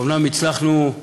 אומנם הצלחנו,